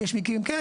כן, כן.